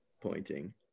pointing